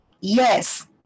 yes